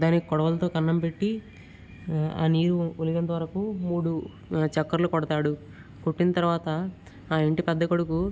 దానికి కొడవలితో కన్నం పెట్టి ఆ నీరు వొలికేంత వరకు మూడు చక్కర్లు కొడతాడు కొట్టిన తరువాత ఆ ఇంటి పెద్ద కొడుకు